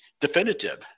definitive